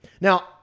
Now